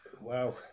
Wow